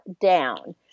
down